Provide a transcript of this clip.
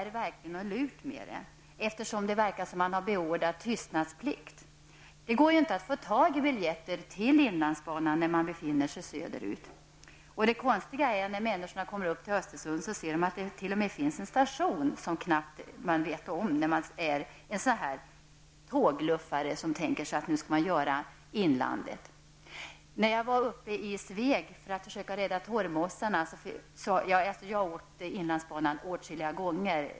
Det verkar som om tystnadsplikt har beordrats. Det går inte att få tag på biljetter till inlandsbanan om man befinner sig söderut. När människor sedan kommer upp till Östersund, t.ex. tågluffare som vill se inlandet, finner de där att det finns en station som man knappast känner till. Jag har åkt inlandsbanan flera gånger.